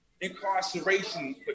incarceration